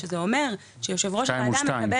שזה אומר שיושב ראש הוועדה מקבל,